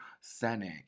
Senate